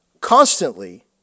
constantly